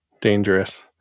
Dangerous